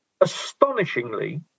Astonishingly